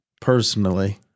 personally